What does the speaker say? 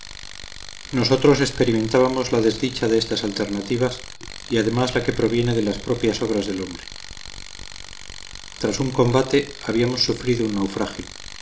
nosotros experimentábamos la desdicha de estas alternativas y además la que proviene de las propias obras del hombre tras un combate habíamos sufrido un naufragio